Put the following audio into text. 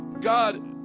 God